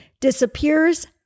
disappears